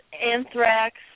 Anthrax